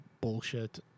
bullshit